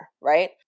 right